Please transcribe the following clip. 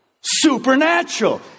Supernatural